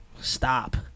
stop